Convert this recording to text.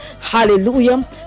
Hallelujah